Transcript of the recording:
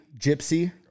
gypsy